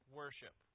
worship